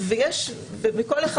בכל אחד,